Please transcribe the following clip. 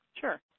Sure